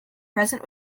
present